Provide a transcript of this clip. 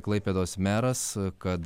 klaipėdos meras kad